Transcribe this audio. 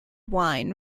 wine